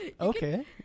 Okay